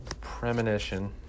Premonition